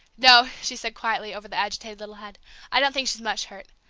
no, she said quietly, over the agitated little head i don't think she's much hurt.